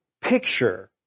picture